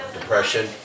depression